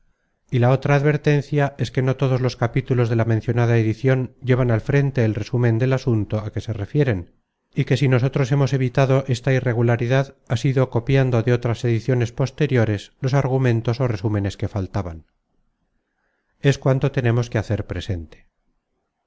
y la otra advertencia es que no todos los capítulos de la mencionada edicion llevan al frente el resúmen del asunto á que se refieren y que si nosotros hemos evitado esta irregularidad ha sido copiando de otras ediciones posteriores los argumentos ó resúmenes que faltaban es cuanto tenemos que hacer presente